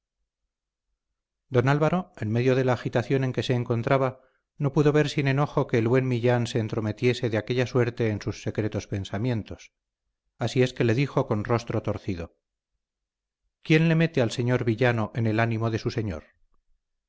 don álvaro en medio de la agitación en que se encontraba no pudo ver sin enojo que el buen millán se entrometiese de aquella suerte en sus secretos pensamientos así es que le dijo con rostro torcido quién le mete al señor villano en el ánimo de su señor